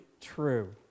true